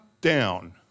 down